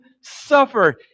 suffer